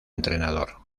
entrenador